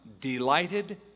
delighted